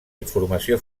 informació